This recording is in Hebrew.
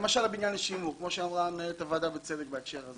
למשל הבניין לשימור כמו שאמרה מנהלת הוועדה בצדק בהקשר הזה.